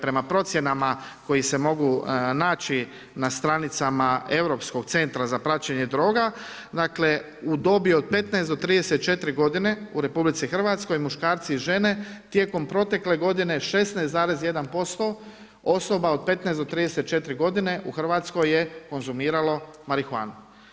prema procjenama koji se mogu naći na stranicama Europskog centra za praćenje droga, dakle, u dobi od 15 do 34 godine u RH muškarci i žene tijekom protekle godine 16,1% osoba od 15-34 godine u Hrvatskoj je konzumiralo marihuanu.